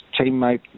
teammate